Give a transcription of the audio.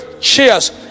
cheers